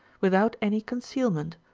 without any concealment,